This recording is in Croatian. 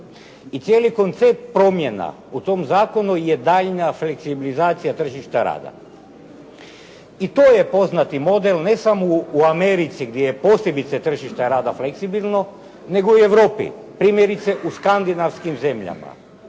I cijeli koncept promjena u tom zakonu je daljnja fleksibilizacija tržišta rada. I to je poznati model ne samo u Americi gdje je posebice tržište rada fleksibilno nego i u Europi, primjerice u skandinavskim zemljama.